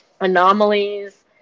Anomalies